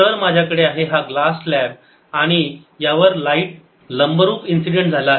तर माझ्याकडे आहे हा ग्लास स्लॅब आणि यावर लाईट लंबरूप इन्सिडेंट झाला आहे